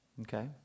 okay